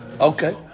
Okay